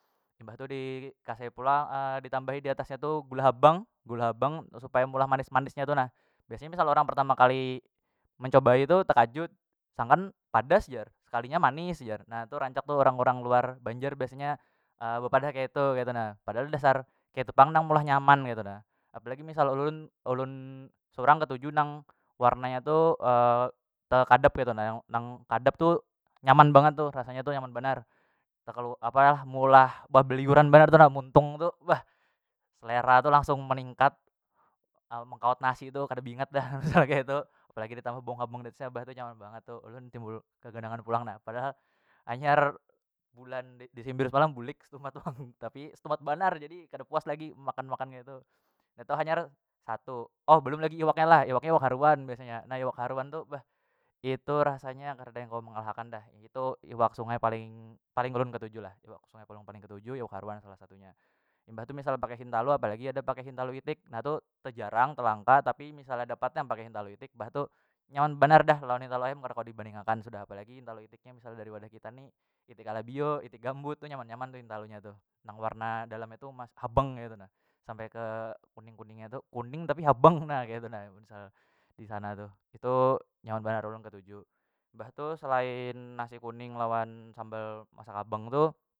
Imbah tu dikasih pulang ditambahi diatas nya tu gula habang- gula habang supaya meulah manis- manis nya tu na biasanya misal orang pertama kali mencobai tu tekajut sangkan padas jar sekalinya manis jar na tu rancak tu urang- urang luar banjar biasanya bepadah keitu keitu na padahal dasar ketu pang nang meulah nyaman ketu na apalagi misal ulun- ulun surang ketuju nang warnanya tu tekadap ketu nah nang kadap tu nyaman bangat tu rasanya tu nyaman banar apalah meulah babiliuran banar tu na muntung tu bah selera tu langsung meningkat mengkaut nasi tu kada beingat dah ketu apalagi bah tu nyaman bangat tu ulun timbul keganangan pulang na padahal hanya bulan disember semalam bulik stumat pang tapi stumat banar jadi kada puas lagi makan- makan ketu. Nah itu hanyar satu oh balum lagi iwaknya lah iwaknya iwak haruan biasanya, nah iwak haruan tu bah itu rasanya kareda yang kawa mengalahkan dah itu iwak sungai paling ulun ketuju lah iwak sungai paling ketuju iwak haruan salah satunya imbah tu misalnya pakai hintalu apalagi ada pakai hintalu itik na tu tejarang telangka tapi misalnya dapat nya pakai hintalu itik mbah tu nyaman banar dah lawan kada kawa dibanding akan sudah apalagi hintalu itik nya misalnya dari wadah kita ni itik alabio, itik gambut tu nyaman- nyaman tu hintalu nya tuh nang warna dalamnya tu emas habang keitu nah sampai ke kuning- kuning nya tu kuning tapi habang na ketu na mun misal disana tu itu nyaman banar ulun ketuju mbah tu selain nasi kuning lawan sambal masak habang tu.